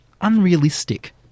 unrealistic